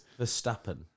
Verstappen